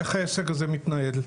איך העסק הזה מתנהל,